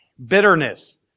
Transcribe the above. Bitterness